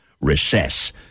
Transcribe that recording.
recess